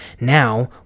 Now